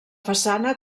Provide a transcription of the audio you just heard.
façana